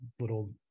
little